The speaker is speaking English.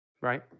right